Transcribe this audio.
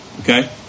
Okay